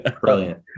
brilliant